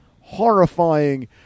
horrifying